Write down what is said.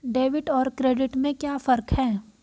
Debit और credit में क्या फर्क है?